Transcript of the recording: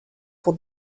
pour